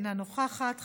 אינה נוכחת,